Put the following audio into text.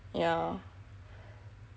yah